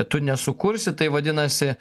tu nesukursi tai vadinasi